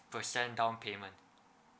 percent down payment